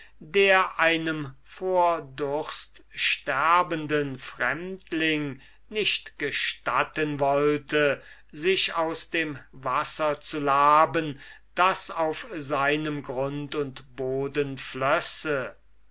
der einem vor durst sterbenden fremdling nicht gestatten wollte sich aus dem wasser zu laben das auf seinem grund und boden flösse